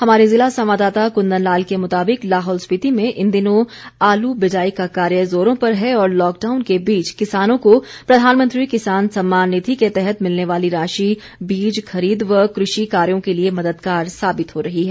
हमारे ज़िला संवाददाता कुंदन लाल के मुताबिक लाहौल स्पिति में इन दिनों आलू बिजाई का कार्य जोरो पर है और लॉकडाउन के बीच किसानों को प्रधानमंत्री किसान सम्मान निधि के तहत मिलने वाली राशि बीज खरीद व कृषि कार्यों के लिए मददगार साबित हो रही है